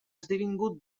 esdevingut